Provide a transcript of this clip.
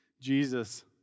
Jesus